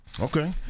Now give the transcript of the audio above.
Okay